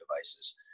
devices